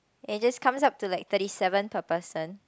and it just comes up to like thirty seven per person